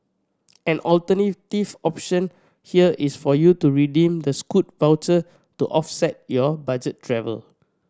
an alternative option here is for you to redeem the Scoot voucher to offset your budget travel